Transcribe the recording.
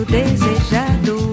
desejado